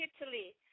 Italy